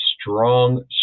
strong